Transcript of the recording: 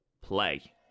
play